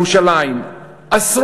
על ירושלים, למשל.